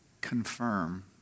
Confirm